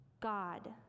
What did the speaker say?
God